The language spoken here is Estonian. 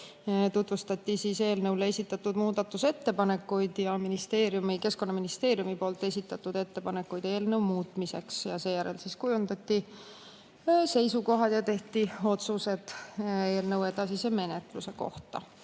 tutvustati neid muudatusettepanekuid ja ka Keskkonnaministeeriumi esitatud ettepanekuid eelnõu muutmiseks. Seejärel kujundati seisukohad ja tehti otsused eelnõu edasise menetluse kohta.